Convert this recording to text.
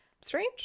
strange